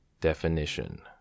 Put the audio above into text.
Definition